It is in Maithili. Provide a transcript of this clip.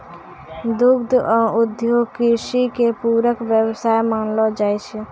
दुग्ध उद्योग कृषि के पूरक व्यवसाय मानलो जाय छै